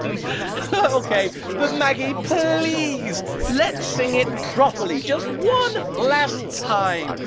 ok, but maggie, please let's sing it properly just one last time.